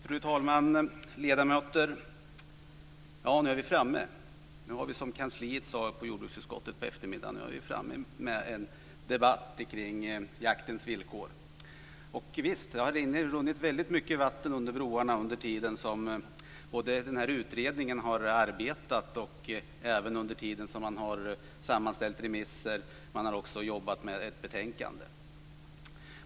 Fru talman! Ledamöter! Nu är vi framme. Nu är vi, som miljö och jordbruksutskottets kansli sade i eftermiddags, framme vid en debatt kring jaktens villkor. Visst har det runnit väldigt mycket vatten under broarna under tiden som denna utredning har arbetat och under tiden som man har sammanställt remisser. Man har också jobbat med ett betänkande.